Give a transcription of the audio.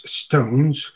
stones